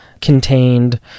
contained